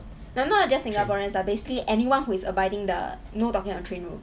not not just singaporeans lah basically anyone who is abiding the no talking on train rule